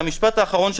המשפט האחרון שלנו,